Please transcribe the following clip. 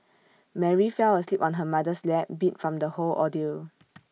Mary fell asleep on her mother's lap beat from the whole ordeal